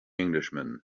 englishman